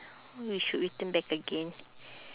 we should return back again